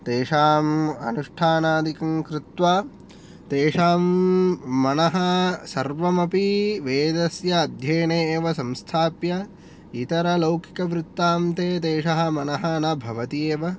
तेषाम् अनुष्ठानादिकं कृत्वा तेषां मनः सर्वमपि वेदस्य अध्ययने एव संस्थाप्य इतरलौकिकवृत्तान्ते तेषां मनः न भवति एव